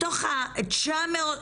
מתוך ה-900,